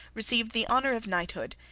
received the honour of knighthood,